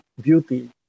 beauty